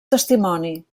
testimoni